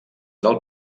del